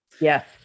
Yes